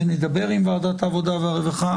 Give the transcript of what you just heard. ונדבר עם ועדת העבודה והרווחה,